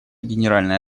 генеральной